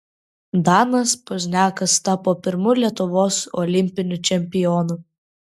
danas pozniakas tapo pirmu lietuvos olimpiniu čempionu